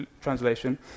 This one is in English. Translation